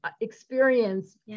experience